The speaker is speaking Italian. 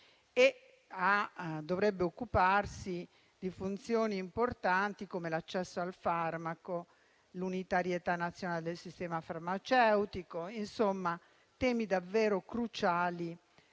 che dovrebbe occuparsi di funzioni importanti come l'accesso al farmaco e l'unitarietà nazionale del sistema farmaceutico. Insomma, temi davvero cruciali